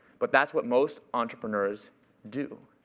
but that's what most entrepreneurs do.